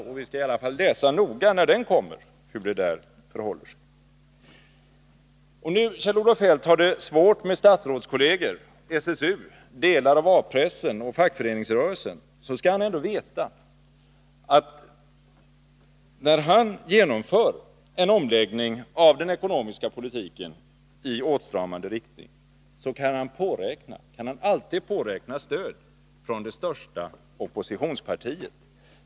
När propositionen kommer skall vi i alla fall läsa den noga och se hur det förhåller sig. Om nu Kjell-Olof Feldt har det svårt med statsrådskolleger, SSU, delar av A-pressen och fackföreningsrörelsen, så skall han ändå veta att han vid en omläggning av den ekonomiska politiken i åtstramande riktning alltid kan påräkna stöd från det största oppositionspartiet.